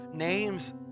names